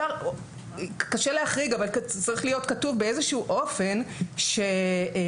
קשה להחריג אבל צריך להיות כתוב באיזשהו אופן שצריכה